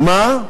מה היא כתבה?